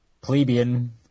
plebeian